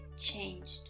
changed